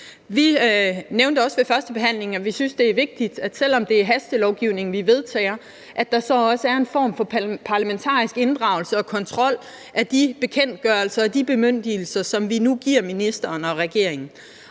Vi nævnte også ved førstebehandlingen, at vi synes, det er vigtigt, at der, selv om det er hastelovgivning, vi vedtager, også er en form for parlamentarisk inddragelse og kontrol med de bekendtgørelser og de bemyndigelser, som vi nu giver ministeren og regeringen.